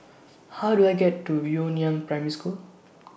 How Do I get to Yu Liang Primary School